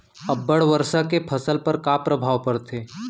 अब्बड़ वर्षा के फसल पर का प्रभाव परथे?